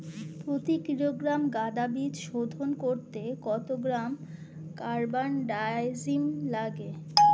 প্রতি কিলোগ্রাম গাঁদা বীজ শোধন করতে কত গ্রাম কারবানডাজিম লাগে?